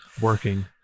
working